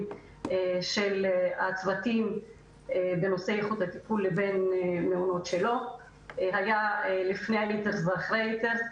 של הצוותים בנושא איכות הטיפול לבין מעונות שלא עברו זאת.